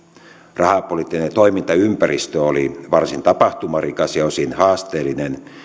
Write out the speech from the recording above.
rahapoliittinen toimintaympäristö oli varsin tapahtumarikas ja osin haasteellinen